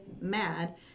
MAD